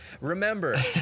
Remember